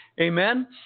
amen